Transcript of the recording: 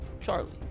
Charlie